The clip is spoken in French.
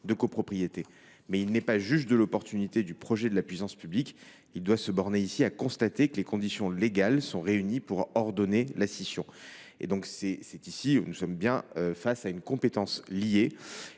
de copropriété, il n’est pas juge de l’opportunité du projet de la puissance publique. Il doit se borner ici à constater que les conditions légales sont réunies pour ordonner la scission. Nous sommes donc en présence d’une compétence liée.